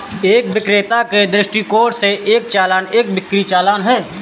एक विक्रेता के दृष्टिकोण से, एक चालान एक बिक्री चालान है